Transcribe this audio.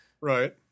Right